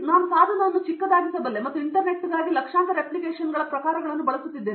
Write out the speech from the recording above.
ನಾನು ಸಾಧನವನ್ನು ಹೇಗೆ ಚಿಕ್ಕದಾಗಿಸಬಲ್ಲೆ ಮತ್ತು ಇಂಟರ್ನೆಟ್ಗಾಗಿ ಲಕ್ಷಾಂತರ ಅಪ್ಲಿಕೇಶನ್ಗಳ ಪ್ರಕಾರಗಳನ್ನು ಬಳಸುತ್ತಿದ್ದೇನೆ